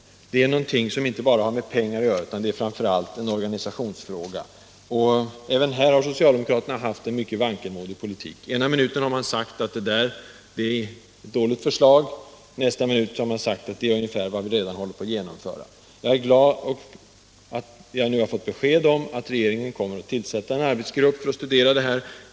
Det är något som inte bara har med pengar att göra, det är framför allt en organisationsfråga. Även här har socialdemokraterna fört en mycket vankelmodig politik. Ena minuten har man sagt att vår tanke om husläkare åt alla är ett dåligt förslag. Nästa ögonblick har man menat att det är ungefär vad som redan håller på att genomföras. Jag är glad att vi nu har fått besked om att regeringen kommer att tillsätta en arbetsgrupp som skall studera denna fråga.